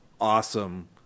awesome